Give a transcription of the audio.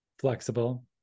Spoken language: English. flexible